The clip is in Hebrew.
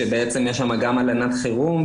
שבעצם יש שם גם הלנת חירום,